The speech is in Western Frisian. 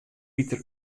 piter